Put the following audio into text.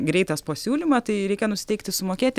greitas pasiūlymą tai reikia nusiteikti sumokėti